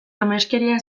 ameskeria